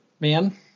man